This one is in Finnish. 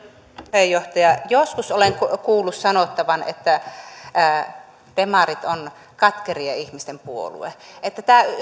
puheenjohtaja joskus olen kuullut sanottavan että demarit on katkerien ihmisten puolue tämä